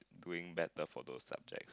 doing that the photo subject